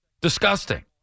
disgusting